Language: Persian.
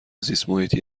زیستمحیطی